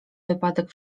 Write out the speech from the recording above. wypadek